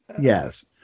Yes